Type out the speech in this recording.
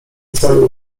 celu